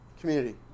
community